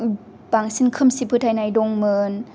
बांसिन खोमसि फोथायनाय दंमोन